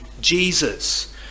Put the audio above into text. Jesus